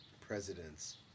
presidents